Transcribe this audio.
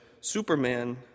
Superman